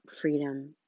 freedom